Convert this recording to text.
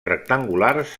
rectangulars